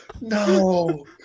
No